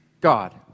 God